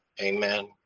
Amen